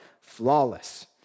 flawless